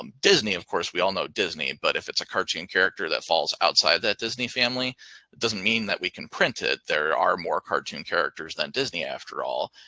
um disney of course. we all know disney. but if it's a cartoon character that falls outside that disney family, it doesn't mean that we can print it. there are more cartoon characters than disney after all,